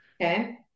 Okay